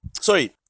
Sorry